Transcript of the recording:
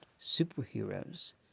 superheroes